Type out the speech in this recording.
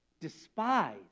Despise